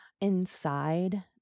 inside